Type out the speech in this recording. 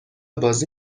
بازی